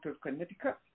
Connecticut